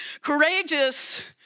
Courageous